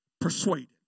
persuaded